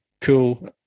cool